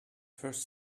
first